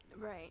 Right